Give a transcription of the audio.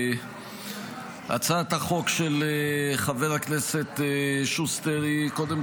הצעת החוק של חבר הכנסת שוסטר היא קודם